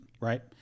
right